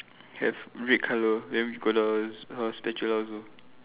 have red colour then we've got the spatula there also